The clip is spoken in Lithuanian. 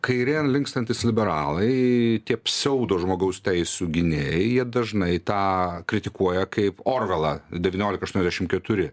kairėn linkstantys liberalai tie pseudo žmogaus teisių gynėjai jie dažnai tą kritikuoja kaip orvelą devyniolika aštuoniasdešim keturi